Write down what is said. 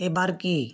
এবার কে